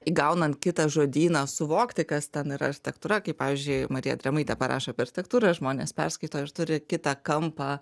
įgaunant kitą žodyną suvokti kas ten yra architektūra kaip pavyzdžiui marija drėmaitė parašo apie architektūrą žmonės perskaito ir turi kitą kampą